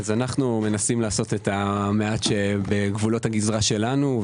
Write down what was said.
אנו מנסים לעשות את המעט שבגבולות הגזרה שלנו,